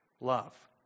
love